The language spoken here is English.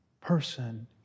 person